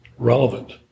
relevant